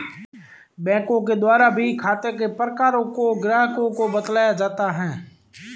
बैंकों के द्वारा भी खाते के प्रकारों को ग्राहकों को बतलाया जाता है